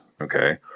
okay